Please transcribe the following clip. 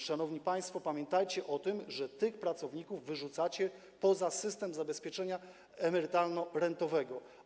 Szanowni państwo, pamiętajcie o tym, że tych pracowników wyrzucacie poza system zabezpieczenia emerytalno-rentowego.